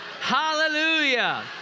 hallelujah